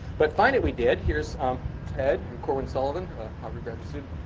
but find it we did. here's um ted, and corwin sullivan, a harvard graduate student,